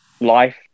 life